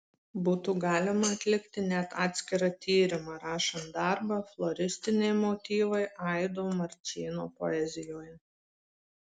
būtų galima atlikti net atskirą tyrimą rašant darbą floristiniai motyvai aido marčėno poezijoje